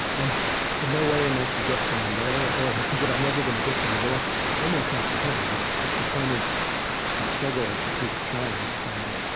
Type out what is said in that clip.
and in no way am i suggesting i'm there, or that i'm ever going to get there, but that's almost not the point. it's the point is the struggle to keep trying to find it.